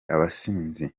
abasinzi